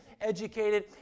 educated